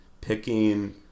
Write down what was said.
picking